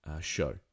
show